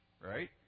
Right